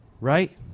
Right